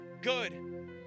good